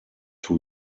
two